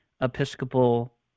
Episcopal